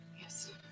Yes